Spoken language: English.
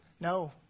no